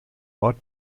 ort